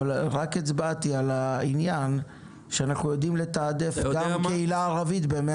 והצבעתי על העניין שאנחנו יודעים לתעדף גם קהילה ערבית ב-100%.